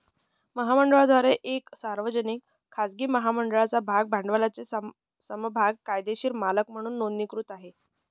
महामंडळाद्वारे एक सार्वजनिक, खाजगी महामंडळाच्या भाग भांडवलाचे समभाग कायदेशीर मालक म्हणून नोंदणीकृत आहे